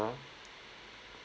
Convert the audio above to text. r